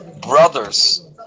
Brothers